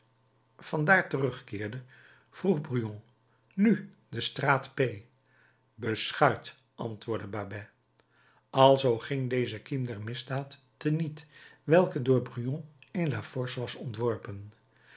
van daar terugkeerde vroeg brujon nu de straat p beschuit antwoordde babet alzoo ging deze kiem der misdaad te niet welke door brujon in la force was ontworpen